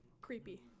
creepy